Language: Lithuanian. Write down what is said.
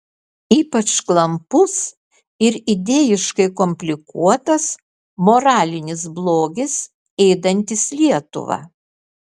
ypač klampus ir idėjiškai komplikuotas moralinis blogis ėdantis lietuvą